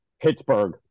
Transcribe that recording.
Pittsburgh